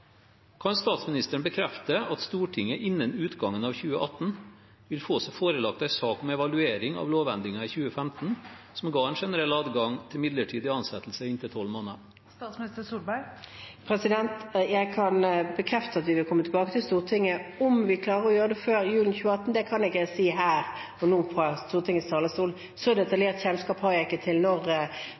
Kan statsministeren bekrefte at Stortinget innen utgangen av 2018 vil få seg forelagt en sak med evaluering av lovendringen i 2015, som ga en generell adgang til midlertidig ansettelse i inntil tolv måneder? Jeg kan bekrefte at vi vil komme tilbake til Stortinget. Om vi klarer å gjøre det før julen 2018, kan jeg ikke si her og nå fra Stortingets talerstol, for så detaljert kjennskap har jeg ikke til Fafos kontrakt og når